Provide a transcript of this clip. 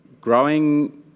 growing